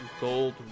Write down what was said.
gold